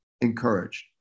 encouraged